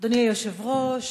אדוני היושב-ראש,